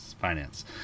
finance